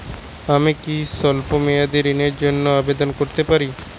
আমি কি স্বল্প মেয়াদি ঋণের জন্যে আবেদন করতে পারি?